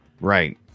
Right